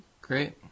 Great